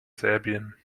serbien